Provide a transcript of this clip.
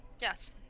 Yes